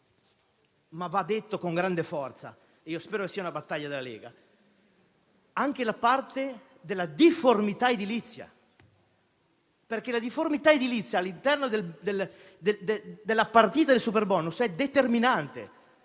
ma va detto con grande forza (spero che sia una battaglia della Lega), anche la parte della difformità edilizia, perché la difformità edilizia all'interno della partita del superbonus è determinante.